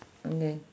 okay